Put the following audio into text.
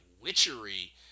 witchery